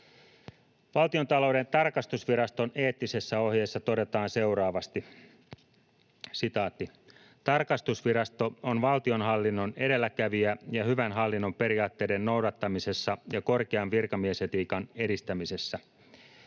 Valtiontalouden tarkastusviraston eettisessä ohjeessa todetaan seuraavasti: ”Tarkastusvirasto on valtionhallinnon edelläkävijä hyvän hallinnon periaatteiden noudattamisessa ja korkean virkamiesetiikan edistämisessä.